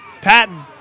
Patton